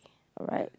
alright